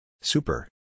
Super